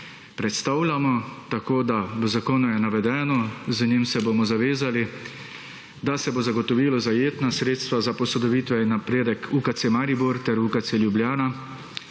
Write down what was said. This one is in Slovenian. predstavljamo. Tako da v zakonu je navedeno, z njim se bomo zavezali, da se bo zagotovilo zajetna sredstva za posodobitve in napredek UKC Maribor ter UKC Ljubljana.